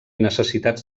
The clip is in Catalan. necessitats